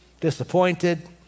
disappointed